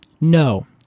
No